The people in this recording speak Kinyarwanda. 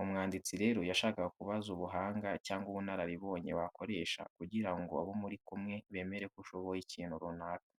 Umwanditsi rero yashakaga kubaza ubuhanga cyangwa ubunararibonye wakoresha kugira ngo abo muri kumwe bemere ko ushoboye ikintu runaka.